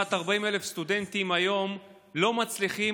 כמעט 40,000 סטודנטים היום לא מצליחים